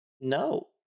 No